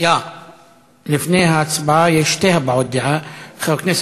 אותי להסכים עם סמוטריץ?